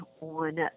on